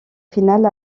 finale